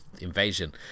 invasion